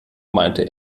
meinte